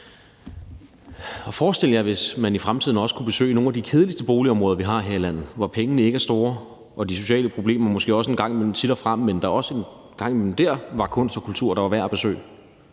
Forestil jer, hvis man i fremtiden også kunne besøge nogle af de kedeligste boligområder, vi har her i landet, hvor pengene ikke er store, hvor de sociale problemer måske også en gang imellem titter frem, og at der også en gang imellem var kunst og kultur der, der var værd at besøge.